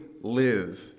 live